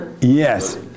Yes